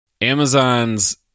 Amazon's